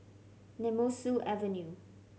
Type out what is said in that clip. Nemesu Avenue